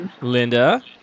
Linda